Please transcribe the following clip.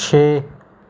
ਛੇ